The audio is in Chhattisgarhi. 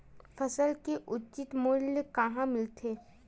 फसल के उचित मूल्य कहां मिलथे?